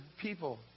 people